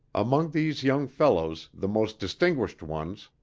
among these young fellows the most distinguished ones,